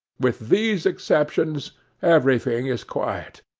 with these exceptions everything is quiet,